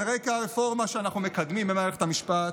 על רקע הרפורמה שאנחנו מקדמים במערכת המשפט,